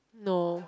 no